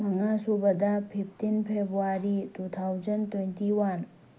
ꯃꯉꯥ ꯁꯨꯕꯗ fifteen February two thousand twenty one